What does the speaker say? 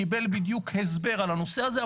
קיבל בדיוק הסבר על הנושא הזה,